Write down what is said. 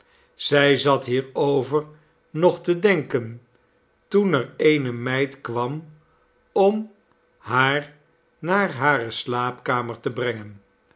zij zat hierover nog te denken toen er eene meid kwam om haar naar hare slaapkamer te brengen